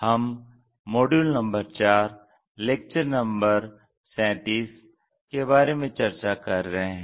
हम module number 4 lecture number 37 के बारे में चर्चा कर रहे हैं